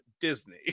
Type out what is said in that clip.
Disney